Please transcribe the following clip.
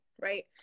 right